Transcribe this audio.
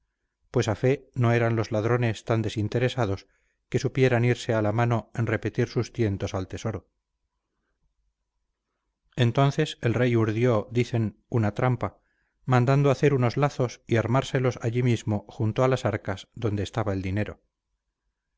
pues a fe no eran los ladrones tan desinteresados que supieran irse a la mano en repetir sus tientos al tesoro entonces el rey urdió dicen una trampa mandando hacer unos lazos y armárselos allí mismo junto a las arcas donde estaba el dinero